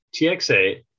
TXA